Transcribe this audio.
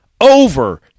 over